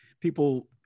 people